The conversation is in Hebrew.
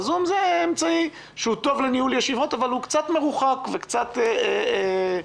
הזום הוא אמצעי טוב לניהול ישיבות אבל הוא קצת מרוחק וקצת מקשה.